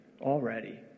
Already